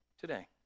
today